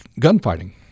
gunfighting